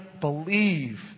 believe